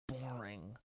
boring